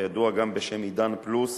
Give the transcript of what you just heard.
הידוע גם בשם "עידן פלוס"